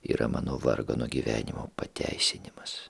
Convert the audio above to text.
yra mano vargano gyvenimo pateisinimas